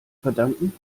verdanken